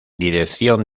dirección